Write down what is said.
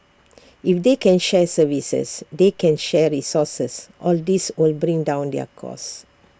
if they can share services they can share resources all these will bring down their cost